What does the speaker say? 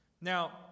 Now